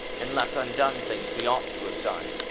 and left undone things we ought to have done,